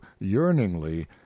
yearningly